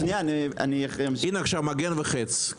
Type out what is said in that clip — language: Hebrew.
הנה עכשיו מגן וחץ.